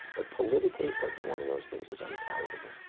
but politically every one of those things is unpalatable.